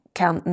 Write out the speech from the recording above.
kan